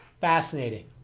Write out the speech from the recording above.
fascinating